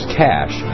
cash